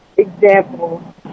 Example